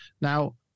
Now